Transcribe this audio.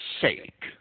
sake